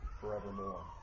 forevermore